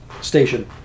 station